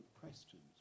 questions